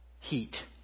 heat